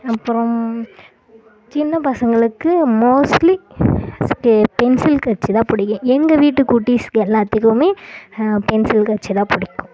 அப்புறம் சின்னப் பசங்களுக்கு மோஸ்ட்லி பென்சில் கெட்ச்சு தான் பிடிக்கும் எங்க வீட்டு குட்டிஸுக்கு எல்லாத்துக்கும் பென்சில் கெட்ச்சு தான் பிடிக்கும்